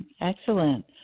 Excellent